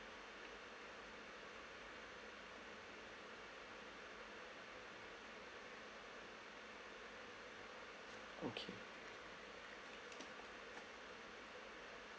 okay